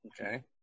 Okay